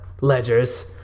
ledgers